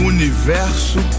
Universo